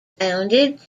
bounded